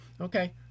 okay